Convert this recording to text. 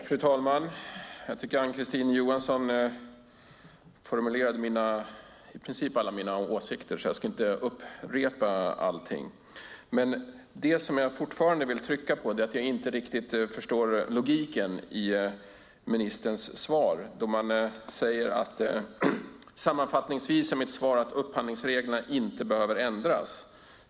Fru talman! Jag tycker att Ann-Kristine Johansson formulerade i princip alla mina åsikter, så jag ska inte upprepa allt. Det jag fortfarande vill trycka på är att jag inte riktigt förstår logiken i ministerns svar, där det står: "Sammanfattningsvis är mitt svar att upphandlingsreglerna inte behöver ändras."